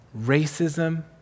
racism